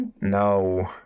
No